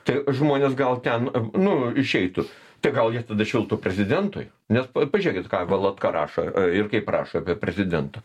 tai žmonės gal ten nu išeitų tai gal jie tada švilptų prezidentui nes pažiūrėkit ką valatka rašo ir kaip rašo apie prezidentą